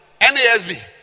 NASB